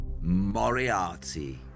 Moriarty